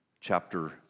Chapter